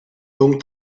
donc